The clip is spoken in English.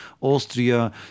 Austria